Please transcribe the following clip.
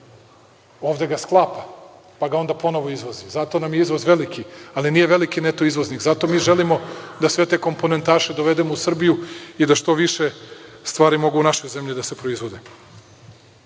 Ovde ga sklapa, pa ga onda ponovo izvozi. Zato nam je izvoz veliki, ali nije veliki neto izvoznik. Zato mi želimo da sve te komponentaše dovedemo u Srbiju i da što više stvari mogu u našoj zemlji da se proizvode. Osnovna